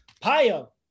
pio